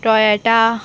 Toyota